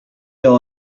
all